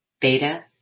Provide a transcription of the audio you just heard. beta